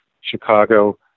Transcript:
Chicago